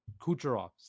Kucherov